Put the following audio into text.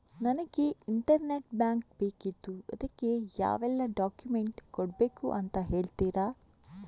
ನನಗೆ internet bank ಬೇಕಿತ್ತು ಅದಕ್ಕೆ ಯಾವೆಲ್ಲಾ ಡಾಕ್ಯುಮೆಂಟ್ಸ್ ಕೊಡ್ಬೇಕು ಅಂತ ಹೇಳ್ತಿರಾ?